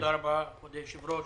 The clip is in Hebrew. תודה רבה, כבוד היושב-ראש.